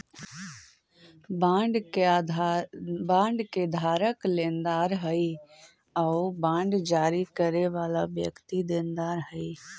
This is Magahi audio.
बॉन्ड के धारक लेनदार हइ आउ बांड जारी करे वाला व्यक्ति देनदार हइ